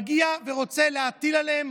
מגיע ורוצה להטיל עליהם